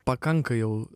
pakanka jau